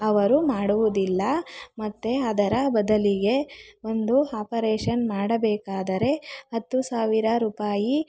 ಅವರು ಮಾಡುವುದಿಲ್ಲ ಮತ್ತು ಅದರ ಬದಲಿಗೆ ಒಂದು ಆಪರೇಷನ್ ಮಾಡಬೇಕಾದರೆ ಹತ್ತು ಸಾವಿರ ರೂಪಾಯಿ